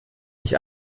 nicht